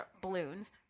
balloons